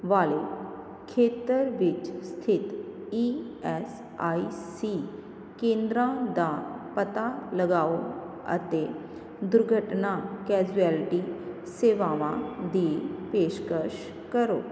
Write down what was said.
ਵਾਲੇ ਖੇੇਤਰ ਵਿੱਚ ਸਥਿਤ ਈ ਐੱਸ ਆਈ ਸੀ ਕੇਂਦਰਾਂ ਦਾ ਪਤਾ ਲਗਾਓ ਅਤੇ ਦੁਰਘਟਨਾ ਕੈਜੁਐਲਟੀ ਸੇਵਾਵਾਂ ਦੀ ਪੇਸ਼ਕਸ਼ ਕਰੋ